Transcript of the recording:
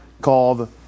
called